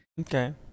Okay